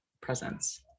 presence